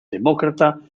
demócrata